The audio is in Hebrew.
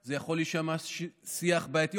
זה יכול להישמע שיח בעייתי.